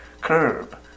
curb